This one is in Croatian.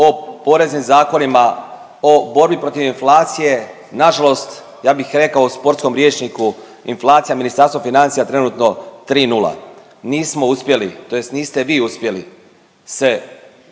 o poreznim zakonima, o borbi protiv inflacije, nažalost ja bih rekao u sportskom rječniku inflacija Ministarstva financija trenutno 3:0, nismo uspjeli tj. niste vi uspjeli se